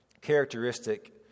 characteristic